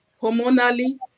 hormonally